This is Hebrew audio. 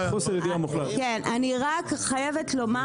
אני חייבת לומר